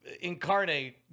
incarnate